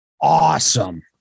awesome